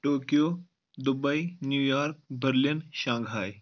Tokyo Dubai New York Berlin Shanghai